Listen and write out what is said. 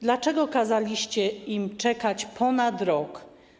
Dlaczego kazaliście im czekać ponad rok?